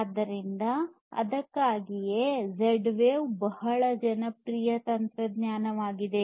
ಆದ್ದರಿಂದ ಅದಕ್ಕಾಗಿಯೇ Z wave ಬಹಳ ಜನಪ್ರಿಯ ತಂತ್ರಜ್ಞಾನವಾಗಿದೆ